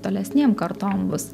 tolesnėm kartom bus